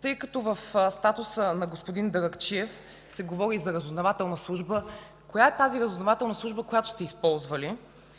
тъй като в статуса на господин Даракчиев се говори за разузнавателна служба: коя е тази разузнавателна служба, която сте използвали?